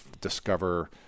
discover